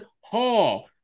Hall